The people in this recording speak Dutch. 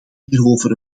hierover